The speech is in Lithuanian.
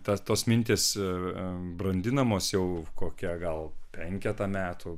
tas tos mintys ir brandinamos jau kokia gal penketą metų